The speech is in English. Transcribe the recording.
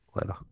Later